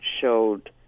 showed